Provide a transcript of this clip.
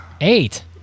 Eight